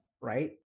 right